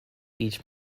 each